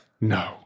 No